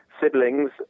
siblings